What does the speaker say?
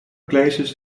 places